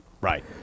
right